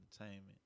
Entertainment